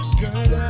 girl